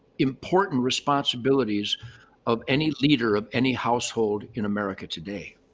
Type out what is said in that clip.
important responsibilities of any leader of any household in america today.